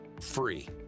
free